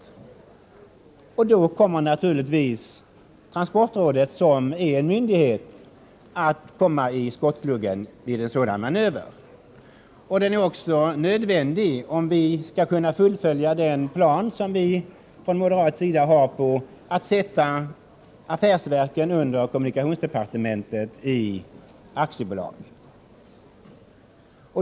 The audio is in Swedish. Naturligtvis kommer transportrådet som en myndighet att komma i skottgluggen vid en sådan manöver. Och den är också nödvändig, om vi skall kunna fullfölja den plan som vi från moderat sida har på att sätta affärsverken under kommunikationsdepartementet i aktiebolag.